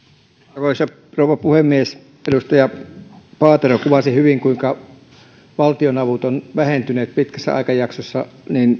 arvoisa rouva puhemies edustaja paatero kuvasi hyvin kuinka valtionavut ovat vähentyneet pitkässä aikajaksossa